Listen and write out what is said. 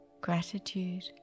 Gratitude